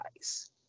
guys